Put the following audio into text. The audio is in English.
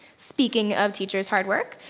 speaking of teachers hard work,